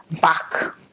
back